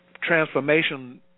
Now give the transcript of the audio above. transformation